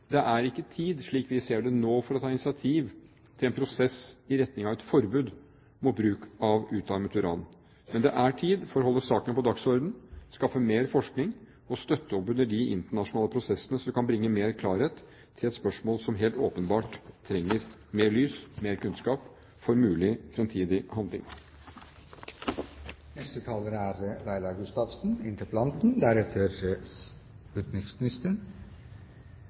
Det er ikke tid, slik vi ser det nå, for å ta initiativ til en prosess i retning av et forbud mot bruk av utarmet uran. Men det er tid for å holde saken på dagsordenen, skaffe mer forskning og støtte opp under de internasjonale prosessene som kan bringe mer klarhet til et spørsmål som helt åpenbart trenger mer lys, mer kunnskap for mulig